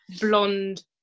blonde